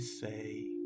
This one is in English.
say